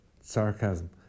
sarcasm